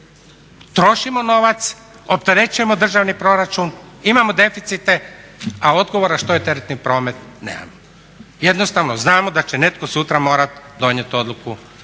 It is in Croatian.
Trošimo novac, opterećujemo državni proračun, imamo deficite a odgovora što je teretni promet nemamo. Jednostavno znamo da će netko sutra morati donijeti odluku o